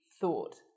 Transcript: thought